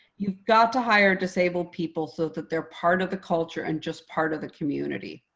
you've got to hire disabled people so that they're part of the culture and just part of the community.